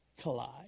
collide